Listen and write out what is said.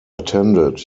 attended